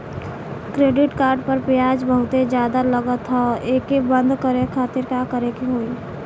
Credit card पर ब्याज बहुते ज्यादा लगत ह एके बंद करे खातिर का करे के होई?